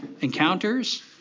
encounters